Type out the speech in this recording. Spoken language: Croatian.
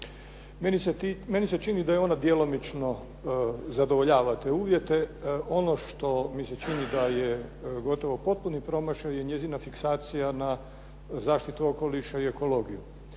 Meni se čini da je ona djelomično zadovoljava te uvjete. Ono što mi se čini da je gotovo potpuni promašaj je njezina fiksacija na zaštitu okoliša i ekologiju.